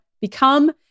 become